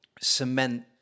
cement